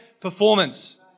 performance